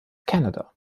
canada